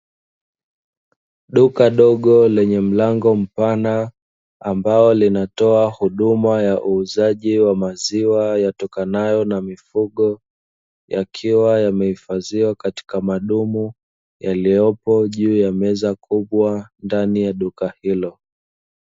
Duka dogo lenye mlango mpana, ambalo linatoa huduma ya uuzaji wa maziwa yatokanayo na mifugo, yakiwa yamehifadhiwa katika madumu yaliyopo juu ya meza kubwa ndani ya duka hilo.